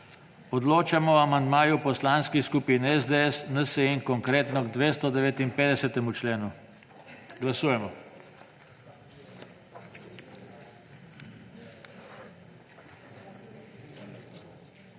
Odločamo o amandmaju poslanskih skupin SDS, NSi in Konkretno k 262. členu. Glasujemo.